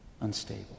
unstable